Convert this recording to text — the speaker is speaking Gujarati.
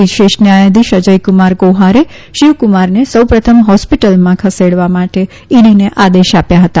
વિશેષ ન્યાયાધીશ અજયકુમાર કોહારે શિવકુમારને સૌપ્રથમ હોસ્પિટલ ખસેડવા માટે ઈડીને આદેશ આપ્યા હતા